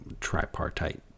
tripartite